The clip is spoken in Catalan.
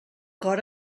cor